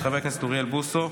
של חבר הכנסת אוריאל בוסו.